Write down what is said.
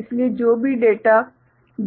इसलिए जो भी डेटा